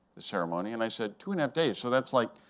the ceremony. and i said, two and a half days, so that's like,